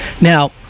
Now